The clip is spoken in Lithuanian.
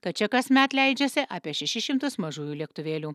kad čia kasmet leidžiasi apie šešis šimtus mažųjų lėktuvėlių